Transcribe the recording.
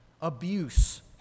abuse